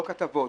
לא כתבות,